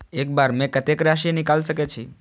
एक बार में कतेक राशि निकाल सकेछी?